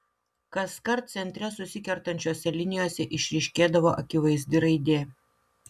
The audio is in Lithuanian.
kaskart centre susikertančiose linijose išryškėdavo akivaizdi raidė